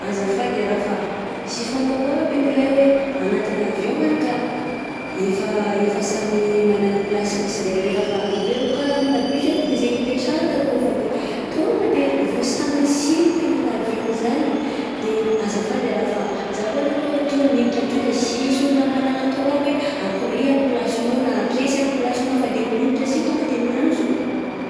Azafady e raha fa sy fantako aby ne lay hoe agnatina avion agny ka efa efa samy magnagny plasigny siraikaraika, fa everiko karaha amina bus arô de ze ipetrahana arô, de tonga vô sambany sy nitengina avion-gno zany de azafady e raha fa zaho koa ne rô niditra teo de sy nisy olona mba nanatoro aby hoe, akory a plasinao na akesy a plasinao fa de niditra sy tonga de niazona.